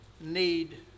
need